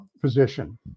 position